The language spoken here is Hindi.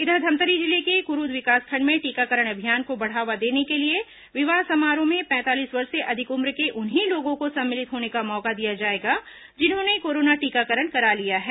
इधर धमतरी जिले के क्रूद विकासखंड में टीकाकरण अभियान को बढ़ावा देने के लिए विवाह समारोह में पैंतालीस वर्ष से अधिक उम्र के उन्हीं लोगों को सम्मिलित होने का मौका दिया जाएगा जिन्होंने कोरोना टीकाकरण करा लिया है